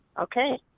Okay